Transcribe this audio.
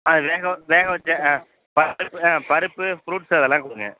அது வேக வேக வைச்ச ஆ பருப்பு ஆ பருப்பு ஃப்ரூட்ஸ் அதெலாம் கொடுங்க